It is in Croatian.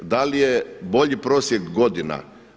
Da li je bolji prosjek godina?